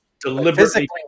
deliberately